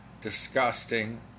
Disgusting